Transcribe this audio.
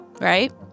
right